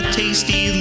tasty